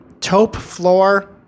Taupe-floor